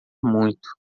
muito